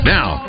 Now